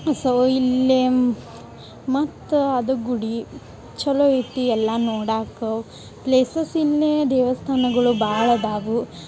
so ಇಲ್ಲೆ ಮತ್ತ ಅದು ಗುಡಿ ಛಲೋ ಐತಿ ಎಲ್ಲ ನೋಡಾಕ ಪ್ಲೇಸಸ್ ಇಲ್ಲೇ ದೇವಸ್ಥಾನಗಳು ಭಾಳ್ ಅದಾವು